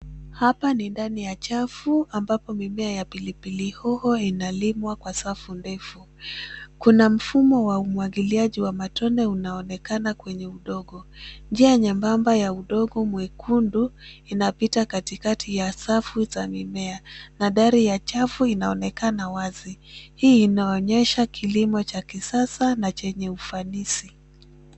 Hapa ni ndani ya chafu ambapo mimea ya pilipili hoho inalimwa kwa safu ndefu. Kuna mfumo wa umwagiliaji wa matone unaonekana kwenye udongo. Njia nyebamba ya udongo mwekundu inapita katikati ya safu za mimea. Na dari ya chafu inaonekana wazi. Hii inaonyesha kilimo cha kisasa na chenye ufanisi.